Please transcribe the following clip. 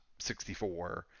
64